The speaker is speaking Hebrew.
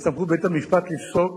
ואת סמכות בית-המשפט לפסוק.